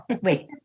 Wait